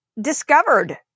discovered